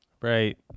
right